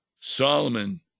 Solomon